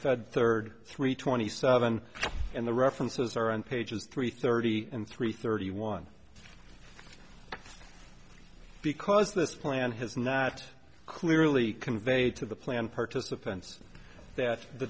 fed third three twenty seven and the references are on pages three thirty and three thirty one because this plan has not clearly conveyed to the plan participants that the